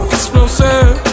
Explosive